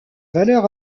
valeur